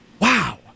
Wow